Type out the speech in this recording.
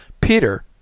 Peter